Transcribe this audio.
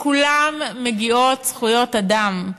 לכולם מגיעות זכויות אדם.